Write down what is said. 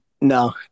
no